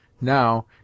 Now